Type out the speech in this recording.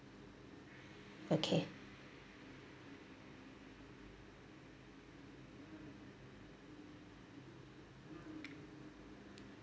okay